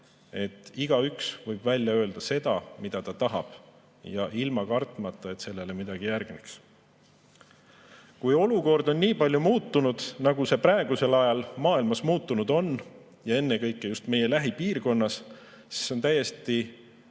et igaüks võib välja öelda seda, mida ta tahab, ja ilma kartmata, et sellele midagi järgneks. Kui olukord on nii palju muutunud, nagu see praegusel ajal maailmas muutunud on, ja ennekõike just meie lähipiirkonnas, siis on täiesti